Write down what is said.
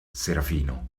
serafino